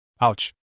Ouch